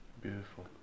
Beautiful